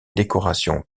décorations